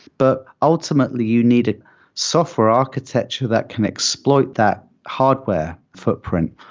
but ultimately, you need a software architecture that can exploit that hardware footprint.